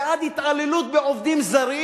ועד התעללות בעובדים זרים.